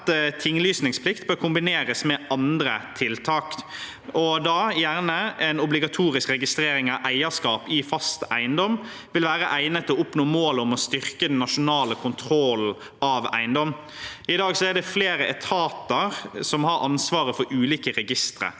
tinglysningsplikt bør kombineres med andre tiltak. Obligatorisk registrering av eierskap i fast eiendom vil gjerne være egnet til å oppnå målet om å styrke den nasjonale kontrollen med eiendom. I dag er det flere etater som har ansvaret for ulike registre,